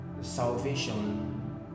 salvation